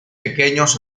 pequeños